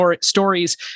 stories